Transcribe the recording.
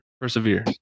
Persevere